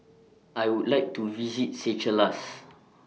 I Would like to visit Seychelles